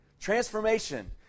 Transformation